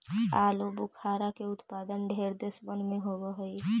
आलूबुखारा के उत्पादन ढेर देशबन में होब हई